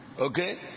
okay